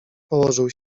położył